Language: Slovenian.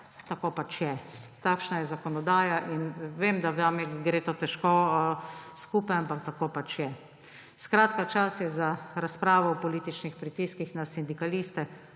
tako pač je, takšna je zakonodaja in vem, da vam gre to težko skupaj, ampak tako pač je. Čas je za razpravo o političnih pritiskih na sindikaliste,